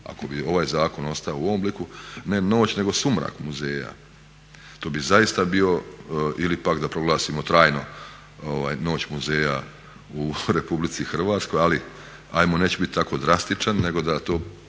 ako bi ovaj zakon ostao u ovom obliku ne noć nego sumrak muzeja. To bi zaista bio ili pak da proglasimo trajno noć muzeja u RH, ali ajde neću biti tako drastičan nego da to